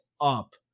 up